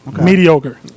Mediocre